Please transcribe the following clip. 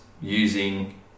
using